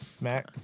Mac